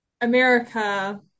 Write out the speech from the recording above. America